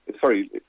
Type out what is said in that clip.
Sorry